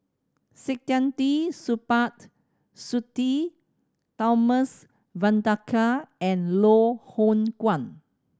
Saktiandi Supaat Sudhir Thomas Vadaketh and Loh Hoong Kwan